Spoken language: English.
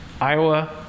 Iowa